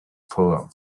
problem